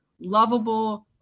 lovable